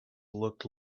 looked